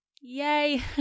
yay